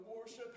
worship